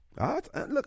Look